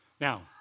Now